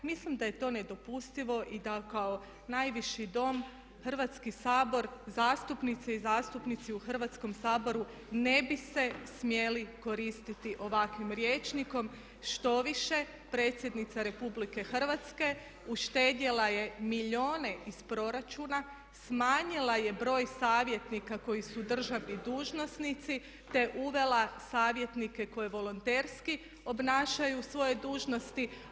Mislim da je to nedopustivo i da kao najviši Dom, Hrvatski sabor, zastupnice i zastupnici u Hrvatskom saboru ne bi se smjeli koristiti ovakvim rječnikom, štoviše predsjednica RH uštedjela je milijune iz proračuna, smanjila je broj savjetnika koji su državni dužnosnici te uvela savjetnike koji volonterski obnašaju svoje dužnosti.